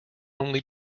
only